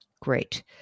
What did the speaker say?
Great